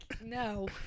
no